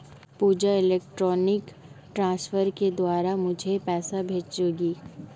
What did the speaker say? पूजा electronic transfer के द्वारा मुझें पैसा भेजेगी